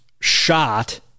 shot